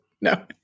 No